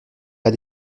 pas